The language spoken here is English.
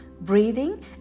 breathing